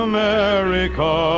America